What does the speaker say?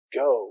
go